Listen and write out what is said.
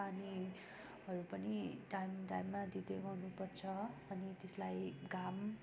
पानीहरू पनि टाइम टाइममा दिँदै गर्नु पर्छ अनि त्यसलाई घाम पानी